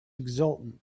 exultant